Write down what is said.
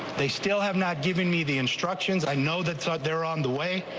they still have not given me the instructions. i know that's out there on the way.